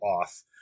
off